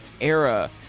era